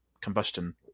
combustion